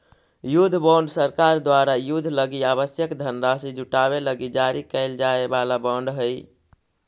युद्ध बॉन्ड सरकार द्वारा युद्ध लगी आवश्यक धनराशि जुटावे लगी जारी कैल जाए वाला बॉन्ड हइ